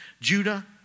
Judah